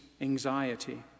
anxiety